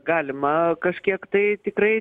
galima kažkiek tai tikrai